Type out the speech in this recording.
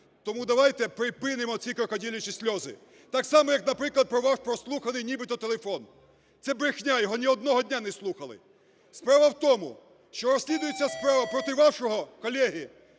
Тому давайте припинимо оці крокодилячі сльози. Так само, як наприклад, про ваш прослуханий нібито телефон. Це брехня, його ні одного дня не слухали. Справа в тому, що розслідується справа проти вашого колеги,